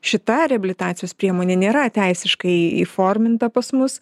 šita reabilitacijos priemonė nėra teisiškai įforminta pas mus